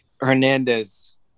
Hernandez